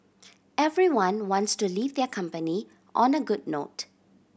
everyone wants to leave their company on a good note